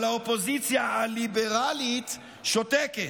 אבל האופוזיציה הליברלית שותקת.